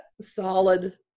solid